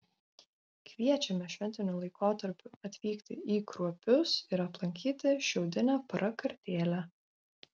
kviečiame šventiniu laikotarpiu atvykti į kruopius ir aplankyti šiaudinę prakartėlę